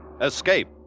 Escape